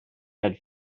had